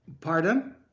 pardon